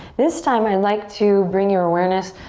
this time i'd like to bring your awareness,